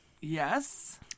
Yes